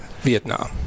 Vietnam